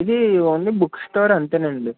ఇది only book store అంతే అండి